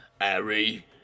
Harry